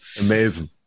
Amazing